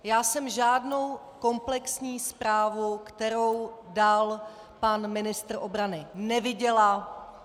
Já jsem žádnou komplexní zprávu, kterou dal pan ministr obrany, neviděla.